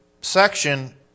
section